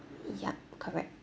yup correct